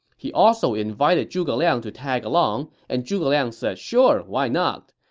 he also invited zhuge liang to tag along, and zhuge liang said sure, why not.